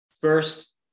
first